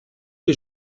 les